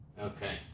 Okay